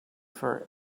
for